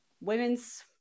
women's